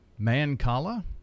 Mancala